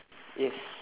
yes